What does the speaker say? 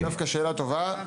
דווקא שאלה טובה.